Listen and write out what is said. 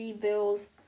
Bills